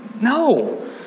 no